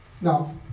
Now